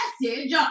message